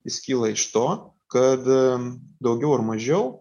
jis kyla iš to kad daugiau ar mažiau